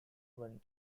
one